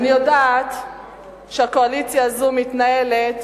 אני יודעת שהקואליציה הזו מתנהלת